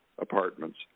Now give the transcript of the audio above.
apartments